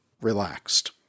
relaxed